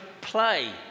play